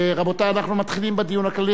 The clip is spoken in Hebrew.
רבותי, אנחנו מתחילים בדיון הכללי.